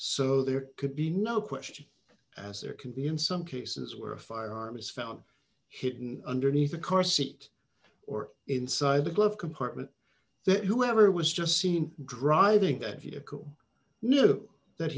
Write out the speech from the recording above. so there could be no question as there can be in some cases where a firearm is found hidden underneath a car seat or inside the glove compartment that whoever was just seen driving that vehicle knew that